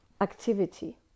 activity